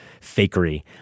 fakery